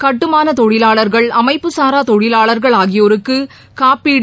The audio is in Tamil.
கட்டுமான தொழிலாளா்கள் அமைப்புசாரா தொழிலாளா்கள் ஆகியோருக்கு காப்பீடு